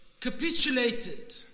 Capitulated